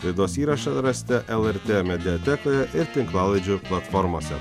laidos įrašą rasite lrt mediatekoje ir tinklalaidžių platformose